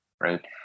right